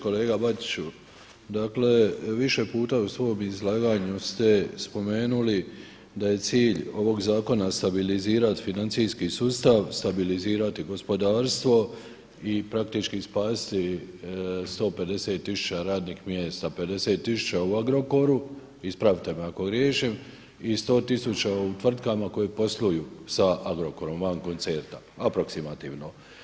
Kolega Bačiću, dakle više puta u svom izlaganju ste spomenuli da je cilj ovog zakona stabilizirati financijski sustav, stabilizirati gospodarstvo i praktički spasiti 150 tisuća radnih mjesta, 50 tisuća u Agrokoru, ispravite me ako griješim i 100 tisuća u tvrtkama koje posluju sa Agrokorom van koncerna, aproksimativno.